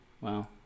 wow